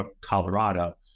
Colorado